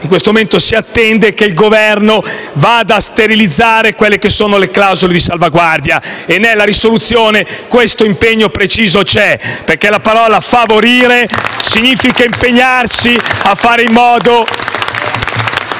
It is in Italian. in questo momento il Paese attende che il Governo vada a sterilizzare quelle che sono le clausole di salvaguardia. Nella risoluzione questo impegno preciso c'è, perché la parola "favorire" significa impegnarci a fare in modo